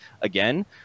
again